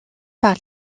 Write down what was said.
par